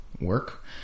work